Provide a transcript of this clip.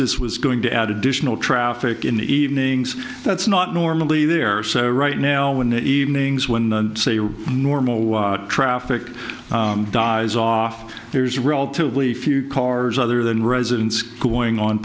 this was going to add additional traffic in the evenings that's not normally there so right now in the evenings when the normal traffic dies off there's relatively few cars other than residents going on